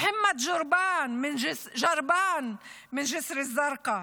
מוחמד ג'ורבאן מג'יסר א-זרקא,